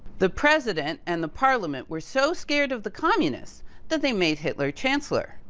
the president and the parliament were so scared of the communists that they made hitler chancellor.